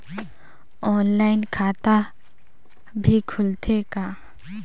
Online खाता भी खुलथे का?